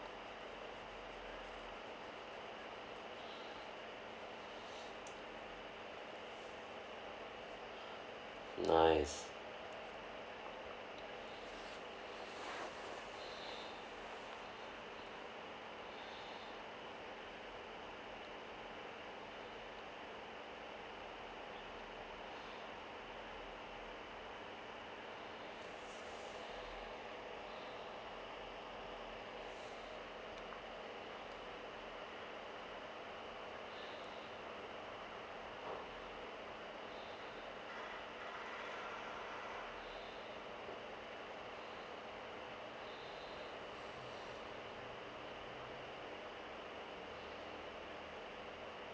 nice